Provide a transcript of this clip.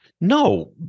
No